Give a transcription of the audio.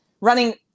running